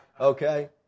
Okay